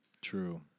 True